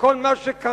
וכל מה שקרה,